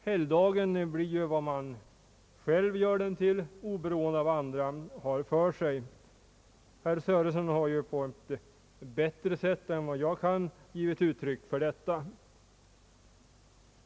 Helgdagen blir ju vad man själv gör den till, oberoende av vad andra har för sig. Herr Sörenson har på ett bättre sätt än vad jag kan givit uttryck för detta.